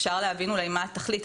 אפשר להבין אולי מה התכלית,